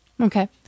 Okay